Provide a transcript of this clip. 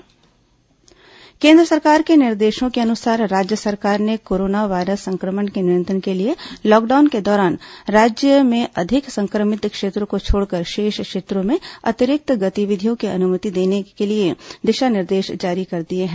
lockdown दिशा निर्देश केन्द्र सरकार के निर्देशों के अनुसार राज्य सरकार ने कोरोना वायरस संक्रमण के नियंत्रण के लिए लॉकडाउन के दौरान राज्य में अधिक संक्रमित क्षेत्रों को छोड़कर शेष क्षेत्रों में अतिरिक्त गतिविधियों की अनुमति को लिए दिशा निर्देश जारी कर दिए हैं